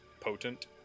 Potent